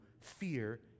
fear